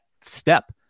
step